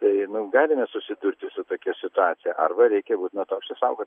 tai nu galime susidurti su tokia situacija arba reikia būt nuo to apsisaugot